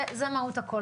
זה מהות הכול,